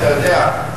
אתה יודע,